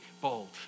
bold